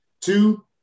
Two